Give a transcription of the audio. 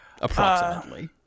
Approximately